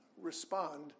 respond